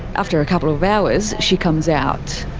after a couple of hours, she comes out.